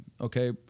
okay